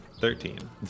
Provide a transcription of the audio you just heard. Thirteen